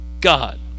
God